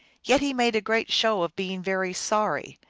yet he made great show of being very sorry,